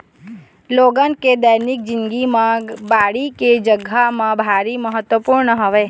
लोगन के दैनिक जिनगी म बाड़ी के जघा ह भारी महत्वपूर्न हवय